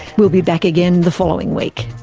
we'll be back again the following week.